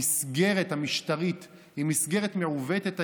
המסגרת המשטרית היא מסגרת מעוותת היום,